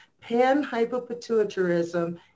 pan-hypopituitarism